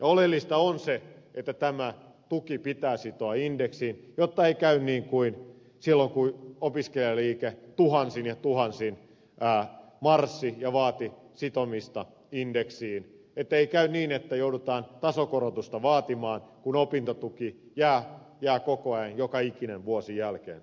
oleellista on se että tämä tuki pitää sitoa indeksiin jotta ei käy niin kuin silloin kun opiskelijaliike tuhansin ja tuhansin marssi ja vaati sitomista indeksiin ettei käy niin että joudutaan tasokorotusta vaatimaan kun opintotuki jää koko ajan joka ikinen vuosi jälkeen